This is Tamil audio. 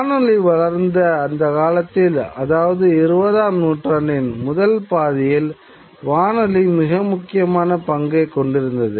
வானொலி வளர்ந்த அந்த காலத்தில் அதாவது இருபதாம் நூற்றாண்டின் முதல் பாதியில் வானொலி மிக முக்கியமான பங்கைக் கொண்டிருந்தது